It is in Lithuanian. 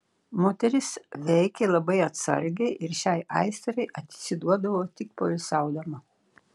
moteris veikė labai atsargiai ir šiai aistrai atsiduodavo tik poilsiaudama